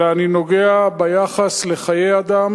אלא אני נוגע ביחס לחיי אדם